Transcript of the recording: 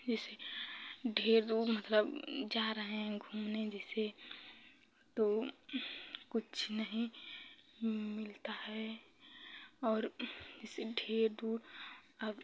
जैसे ढेर दूर मतलब जा रहे हैं घूमने जैसे तो कुछ नहीं मिलता है और जैसे ढेर दूर अब